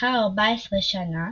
ולאחר 14 שנה,